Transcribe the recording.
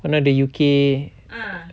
one of the U_K